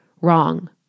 wrong